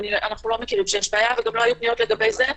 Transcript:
אנחנו לא מכירים שיש בעיה וגם לא היו פניות לגבי זה.